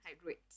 Hydrate